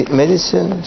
medicine